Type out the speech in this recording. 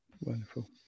Wonderful